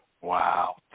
Wow